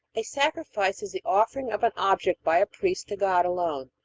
a sacrifice is the offering of an object by a priest to god alone,